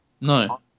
No